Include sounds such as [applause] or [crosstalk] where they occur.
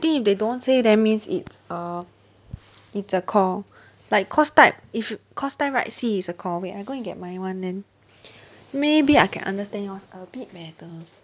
think if they don't say then means it's a it's a core like course type if course type write C is a core wait I go get my one then [breath] maybe I can understand yours a bit better